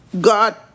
God